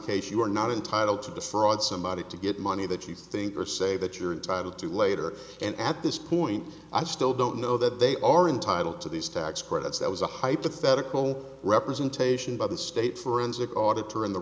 case you are not entitled to defraud somebody to get money that you think or say that you're entitled to later and at this point i still don't know that they are entitled to these tax credits that was a hypothetical representation by the state forensic auditor and the